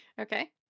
Okay